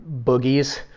boogies